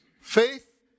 faith